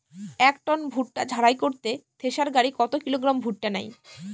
এক টন ভুট্টা ঝাড়াই করতে থেসার গাড়ী কত কিলোগ্রাম ভুট্টা নেয়?